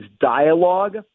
dialogue